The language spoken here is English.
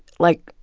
like,